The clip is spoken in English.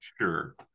Sure